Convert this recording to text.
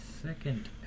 second